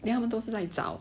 then 他们都是在找